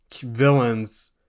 villains